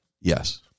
Yes